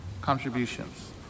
contributions